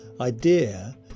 idea